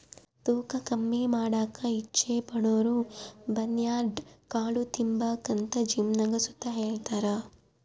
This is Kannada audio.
ತೂಕ ಕಮ್ಮಿ ಮಾಡಾಕ ಇಚ್ಚೆ ಪಡೋರುಬರ್ನ್ಯಾಡ್ ಕಾಳು ತಿಂಬಾಕಂತ ಜಿಮ್ನಾಗ್ ಸುತ ಹೆಳ್ತಾರ